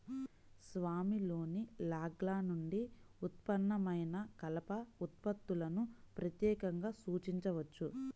స్వామిలోని లాగ్ల నుండి ఉత్పన్నమైన కలప ఉత్పత్తులను ప్రత్యేకంగా సూచించవచ్చు